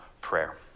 prayer